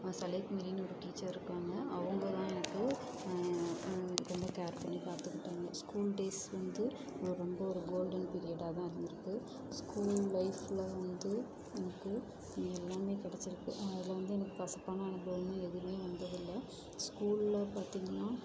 சலிக் மேரின்னு ஒரு டீச்சர் இருக்காங்கள் அவங்க தான் எனக்கு ரொம்ப கொஞ்ச கேர் பண்ணி பார்த்துக்கிட்டாங்க ஸ்கூல் டேஸ் வந்து இங்கே ரொம்ப ஒரு கோல்டன் பீரியடாக தான் இருந்திருக்கு ஸ்கூல் லைஃப்ல வந்து எனக்கு இங்கே எல்லாமே கிடச்சிருக்கு அதில் வந்து எனக்கு கசப்பான அனுபவம்னு எதுமே வந்ததில்லை ஸ்கூல்ல பார்த்திங்கனா